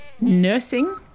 nursing